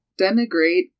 denigrate